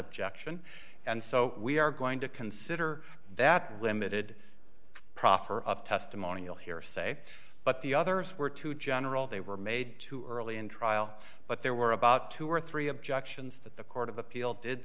objection and so we are going to consider that limited proffer of testimonial hearsay but the others were too general they were made too early in trial but there were about two or three objections that the court of appeal did